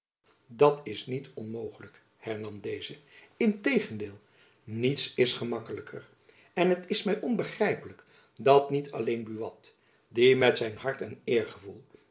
dat is niet onmogelijk hernam deze in tegendeel niets is gemakkelijker en het is my onbegrijpelijk dat niet alleen buat die met zijn hart en eergevoel